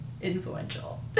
influential